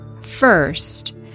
First